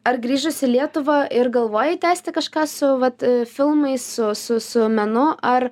ar grįžus į lietuvą ir galvojai tęsti kažką su vat filmais su su su menu ar